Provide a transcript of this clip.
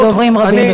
יש דוברים רבים.